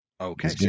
Okay